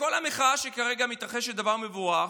כל המחאה שכרגע מתרחשת, וזה דבר מבורך,